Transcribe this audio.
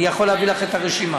אני יכול להביא לך את הרשימה.